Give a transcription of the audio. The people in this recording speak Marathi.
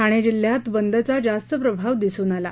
ठाणे जिल्ह्यात बंदचा जास्त प्रभाव दिसून आला